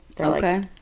Okay